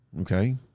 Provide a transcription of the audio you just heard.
Okay